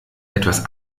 etwas